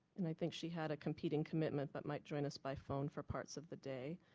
and i think she had a competing commitment but might join us by phone for parts of the day.